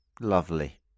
lovely